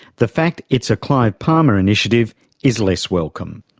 the fact it's a clive palmer initiative is less welcome.